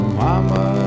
mama